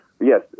Yes